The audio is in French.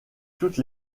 toutes